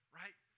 right